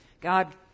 God